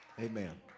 Amen